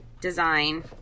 design